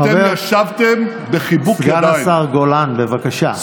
אתם ישבתם בחיבוק ידיים, סגן השר גולן, בבקשה.